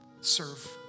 serve